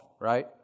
right